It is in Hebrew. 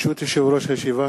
ברשות יושב-ראש הישיבה,